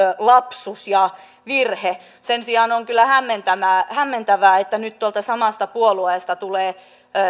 lapsus ja virhe sen sijaan on kyllä hämmentävää hämmentävää että nyt tuolta samasta puolueesta tulee